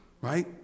right